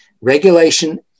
Regulation